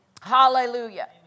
Hallelujah